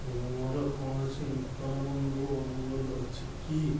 ମୋର କୌଣସି ନୂତନ ବନ୍ଧୁ ଅନୁରୋଧ ଅଛି କି